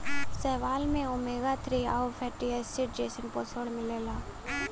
शैवाल में omega three आउर फैटी एसिड जइसन पोषण मिलला